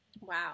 Wow